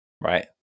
right